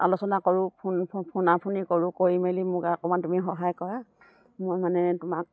আলোচনা কৰোঁ ফোন ফোনা ফুনি কৰোঁ কৰি মেলি মোক অকমান তুমি সহায় কৰা মই মানে তোমাক